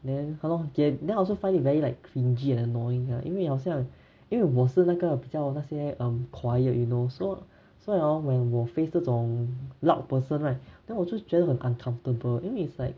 then then I also find it very like cringey and annoying lah 因为好像因为我是那个比较那些 um quiet you know so 所以 hor when 我 face 这种 loud person right then 我就觉得很 uncomfortable 因为 it's like